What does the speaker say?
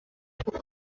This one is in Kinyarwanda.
kuko